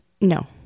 No